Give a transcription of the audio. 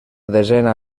desena